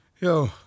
Yo